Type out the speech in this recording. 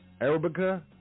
Arabica